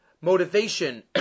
motivation